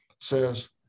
says